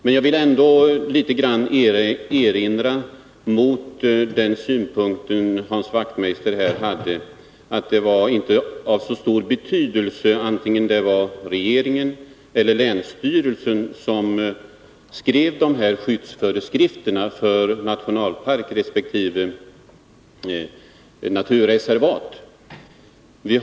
Men jag vill ändå komma med en liten erinran mot Hans Wachtmeisters synpunkt att det inte hade så stor betydelse om det var regeringen eller länsstyrelsen som skrev de här skyddsföreskrifterna om nationalpark resp. naturreservat.